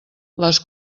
les